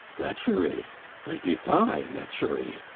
lechery! i defy lechery.